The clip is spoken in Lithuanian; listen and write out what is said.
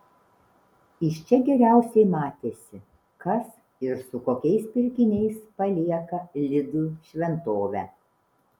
iš čia geriausiai matėsi kas ir su kokiais pirkiniais palieka lidl šventovę